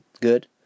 good